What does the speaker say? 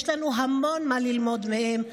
יש לנו המון מה ללמוד מהם.